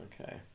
Okay